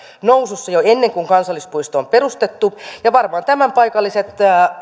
nousussa jo ennen kuin kansallispuisto on perustettu ja varmaan tämän paikalliset